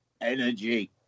energy